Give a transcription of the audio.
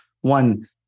one